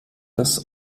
des